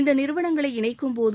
இந்த நிறுவனங்களை இணைக்கும்போது